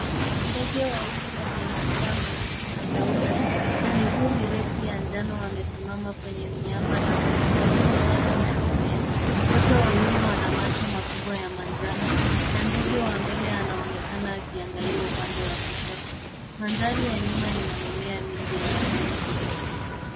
Ndege wawili wenye madoa meusi na meupe na miguu mirefu ya njano wamesimama kwenye miamba na udongo wenye nyasi na mimea. Wote wawili wana macho makubwa ya manjano na ndege wa mbele anaonekana akiangalia upande wa kushoto. Mandhari ya nyuma ina mimea mingi ya kijani kibichi.